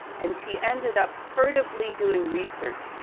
and, she ended up furtively doing research,